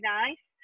nice